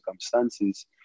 circumstances